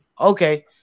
okay